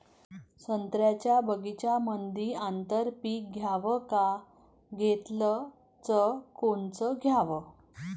संत्र्याच्या बगीच्यामंदी आंतर पीक घ्याव का घेतलं च कोनचं घ्याव?